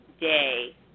day